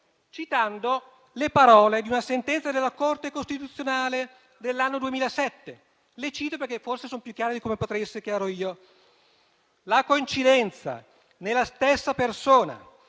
citando le parole di una sentenza della Corte costituzionale del 2007. Le cito, perché forse sono più chiare di come potrei essere chiaro io: «La coincidenza, nella stessa persona,